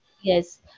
yes